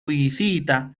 visita